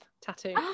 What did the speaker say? tattoo